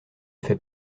fait